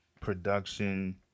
production